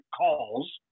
calls